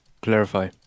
Clarify